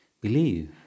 Believe